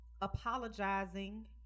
Apologizing